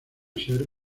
ser